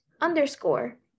underscore